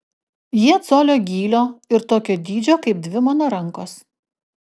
jie colio gylio ir tokio dydžio kaip dvi mano rankos